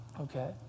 okay